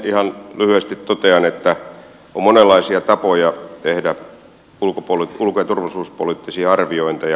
ihan lyhyesti totean että on monenlaisia tapoja tehdä ulko ja turvallisuuspoliittisia arviointeja